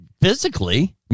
physically